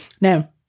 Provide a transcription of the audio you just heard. Now